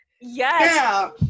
yes